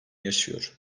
yaşıyor